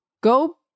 Go